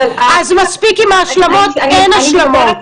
אז מספיק עם ההשלמות, אין השלמות.